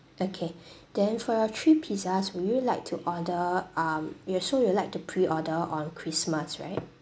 okay then for your three pizzas would you like to order um you'll so you'll like to preorder on christmas right